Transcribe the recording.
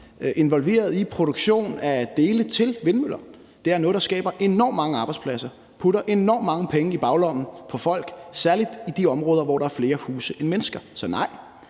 involveret i produktion af dele til vindmøller. Det er noget, der skaber enormt mange arbejdspladser og putter enormt mange penge i baglommen på folk, særlig i de områder, hvor der er flere huse end mennesker. Så nej,